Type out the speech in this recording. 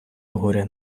горя